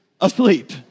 asleep